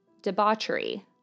debauchery